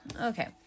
okay